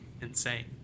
insane